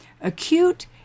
Acute